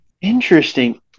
Interesting